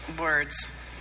words